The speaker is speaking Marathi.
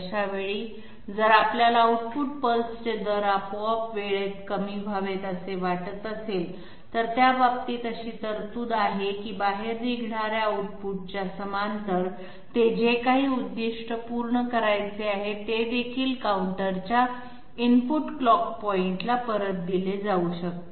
अशावेळी जर आपल्याला आउटपुट पल्सचे दर आपोआप वेळेत कमी व्हावेत असे वाटत असेल तर त्या बाबतीत अशी तरतूद आहे की बाहेर निघणाऱ्या आउटपुटच्या समांतर ते जे काही उद्दिष्ट पूर्ण करायचे आहे ते देखील काउंटरच्या इनपुट क्लॉक पॉइंटला परत दिले जाऊ शकते